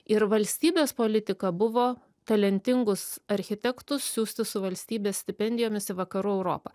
ir valstybės politika buvo talentingus architektus siųsti su valstybės stipendijomis į vakarų europą